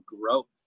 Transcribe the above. growth